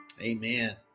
Amen